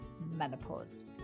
menopause